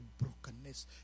brokenness